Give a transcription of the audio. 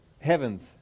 heavens